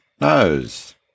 nose